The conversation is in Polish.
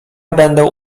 będę